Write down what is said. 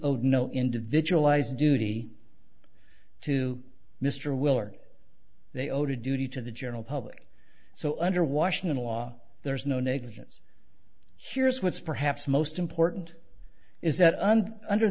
no individualized duty to mr willard they owed a duty to the general public so under washington law there's no negligence here's what's perhaps most important is that under